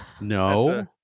No